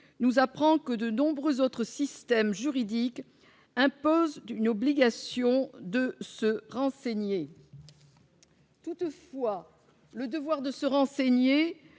nous apprend que de nombreux autres systèmes juridiques impose une obligation de se renseigner. Toutefois, le devoir de se renseigner,